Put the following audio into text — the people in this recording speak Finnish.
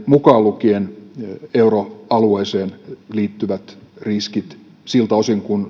mukaan lukien euroalueeseen liittyvät riskit siltä osin kuin